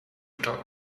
talk